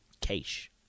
Cash